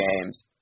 games